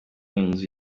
inzu